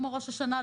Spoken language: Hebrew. כמו ראש השנה,